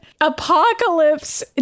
Apocalypse